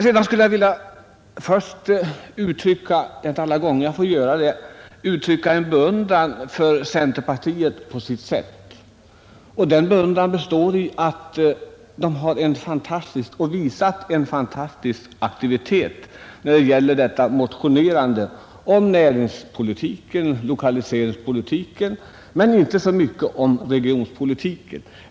Jag vill härefter i ett avseende — det är inte alltid man har tillfälle att göra det — uttrycka min beundran för centerpartiet, nämligen för den fantastiska motionsaktivitet det uppvisat när det gäller näringsoch lokaliseringspolitiska frågor, dock inte så mycket när det gäller regionpolitiken.